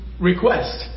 request